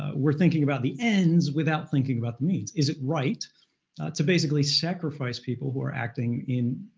we're thinking about the ends without thinking about the means. is it right to basically sacrifice people who are acting in,